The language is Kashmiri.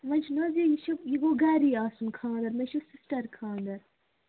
وۄنۍ چھِنہٕ حظ یہِ یہِ چھِ یہِ گوٚو گَری آسُن خانٛدر مےٚ چھِ سِسٹَرِ خانٛدر